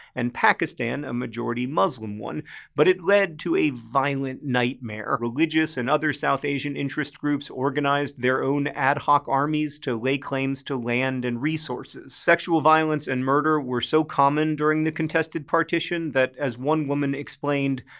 and pakistan, a majority muslim one but it led to a violent nightmare. religious and other south asian interest groups organized their own ad hoc armies to lay claims to land and resources. sexual violence and murder were so common during the contested partition that, as one woman explained,